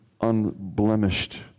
unblemished